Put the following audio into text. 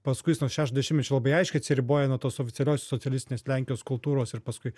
paskui jis nuo šešto dešimtmečio labai aiškiai atsiriboja nuo tos oficialios socialistinės lenkijos kultūros ir paskui